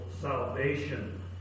salvation